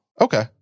Okay